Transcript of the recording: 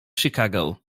chicago